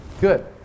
Good